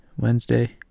Wednesday